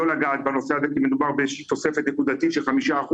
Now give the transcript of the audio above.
לגעת בנושא הזה כי מדובר באיזושהי תוספת נקודתית של 5%,